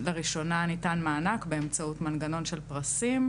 לראשונה ניתן מענק באמצעות מנגנון של פרסים,